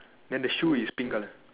then the shoe is pink colour